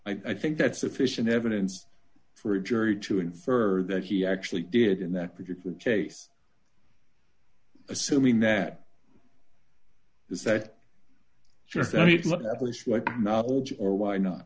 i think that's sufficient evidence for a jury to infer that he actually did in that particular case assuming that is that you're not old or why not